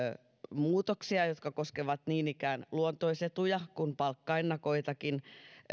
muutoksia jotka koskevat niin ikään luontoisetuja kuin palkkaennakoitakin